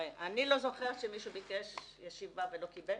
אני לא זוכרת שמישהו ביקש ישיבה ולא קיבל.